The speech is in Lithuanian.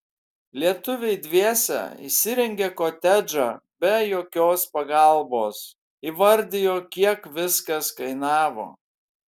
lietuviai dviese įsirengė kotedžą be jokios pagalbos įvardijo kiek viskas kainavo